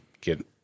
get